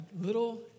little